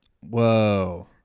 Whoa